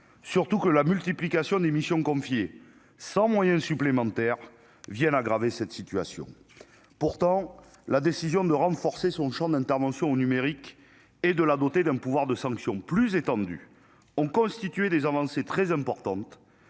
surtout que la multiplication des missions confiées sans moyens supplémentaires viennent aggraver cette situation pourtant la décision de renforcer son Champ d'intervention au numérique et de la doter d'un pouvoir de sanction plus étendue, ont constitué des avancées très importantes